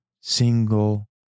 single